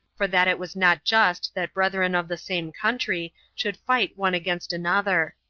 for that it was not just that brethren of the same country should fight one against another.